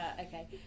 Okay